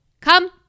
come